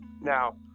Now